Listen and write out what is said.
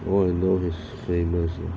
well I know his famous you know